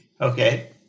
Okay